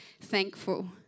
thankful